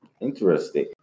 interesting